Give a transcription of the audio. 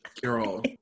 Carol